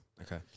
Okay